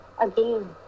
again